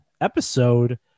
episode